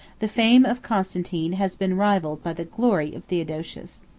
the fame of constantine has been rivalled by the glory of theodosius.